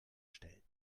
stellen